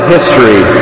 History